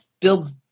builds